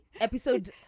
episode